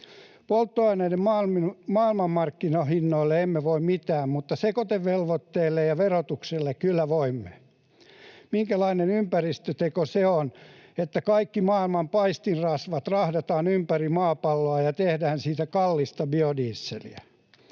Polttoaineiden maailmanmarkkinahinnoille emme voi mitään, mutta sekoitevelvoitteille ja verotukselle kyllä voimme. Minkälainen ympäristöteko se on, että kaikki maailman paistinrasvat rahdataan ympäri maapalloa ja tehdään siitä kallista biodieseliä?